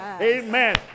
amen